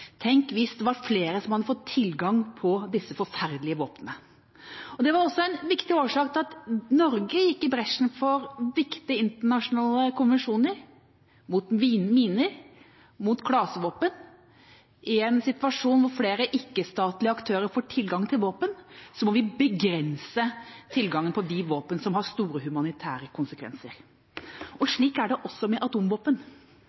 Tenk hvis det var flere som hadde fått tilgang til disse forferdelige våpnene. Det var også en viktig årsak til at Norge gikk i bresjen for viktige internasjonale konvensjoner mot miner, mot klasevåpen. I en situasjon hvor flere ikke-statlige aktører får tilgang til våpen, må vi begrense tilgangen til de våpen som har store humanitære konsekvenser.